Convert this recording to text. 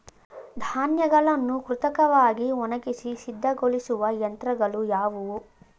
ಧಾನ್ಯಗಳನ್ನು ಕೃತಕವಾಗಿ ಒಣಗಿಸಿ ಸಿದ್ದಗೊಳಿಸುವ ಯಂತ್ರಗಳು ಯಾವುವು?